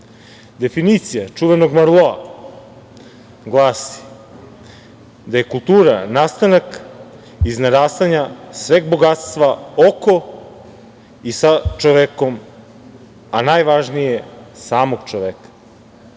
Definicija čuvenog Malroa glasi da je kultura nastanak i narastanje sveg bogatstva, oko i sa čovekom, a najvažnije, samog čoveka. Ovim